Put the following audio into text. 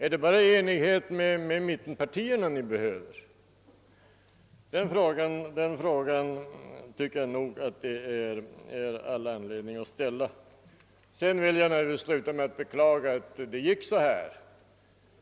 Är det bara enighet med mittenpartierna ni behöver? Den frågan finns det all anledning att ställa. Till slut vill jag beklaga att det gick så här.